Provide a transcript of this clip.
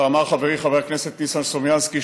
ואמר חברי חבר הכנסת ניסן סלומינסקי,